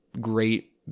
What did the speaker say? great